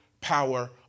power